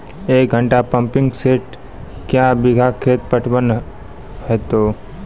एक घंटा pumping set क्या बीघा खेत पटवन है तो?